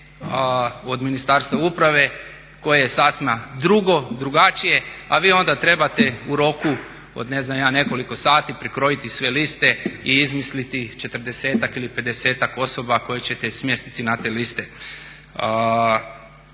od Ministarstva uprave koje je sasma drugo, drugačije, a vi onda trebate u roku od nekoliko sati prekrojiti sve liste i izmisliti 40-ak ili 50-ak osoba koje ćete smjestiti na te liste.